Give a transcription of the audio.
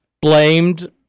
blamed